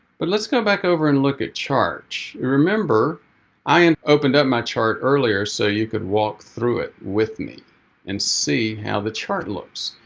but let's go back over and look at charts. you remember i and opened up my chart earlier so you could walk through it with me and see how the chart looks.